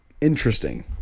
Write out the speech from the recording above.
interesting